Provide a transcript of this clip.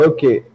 Okay